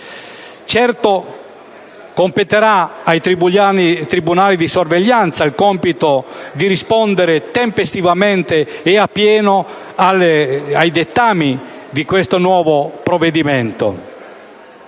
Certo, competerà ai tribunali di sorveglianza il compito di rispondere tempestivamente e appieno ai dettami di questo nuovo provvedimento.